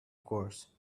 course